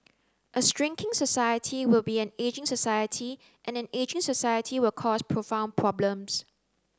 a shrinking society will be an ageing society and an ageing society will cause profound problems